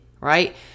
Right